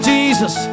Jesus